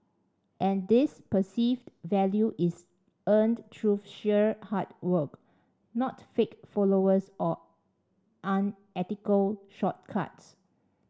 and this perceived value is earned through sheer hard work not fake followers or unethical shortcuts